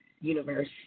universe